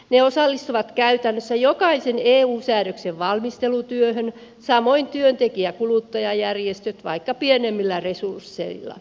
ne osallistuvat käytännössä jokaisen eu säädöksen valmistelutyöhön samoin työntekijä ja kuluttajajärjestöt vaikkakin pienemmillä resursseilla